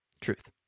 Truth